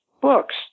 books